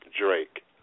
Drake